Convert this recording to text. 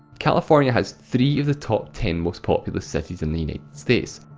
california has three of the top ten most populous cities in the united states.